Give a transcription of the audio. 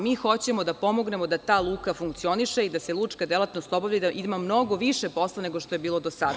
Mi hoćemo da pomognemo da ta luka funkcioniše i da se lučka delatnost obavlja i da ima mnogo više posla nego što je bilo do sada.